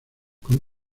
con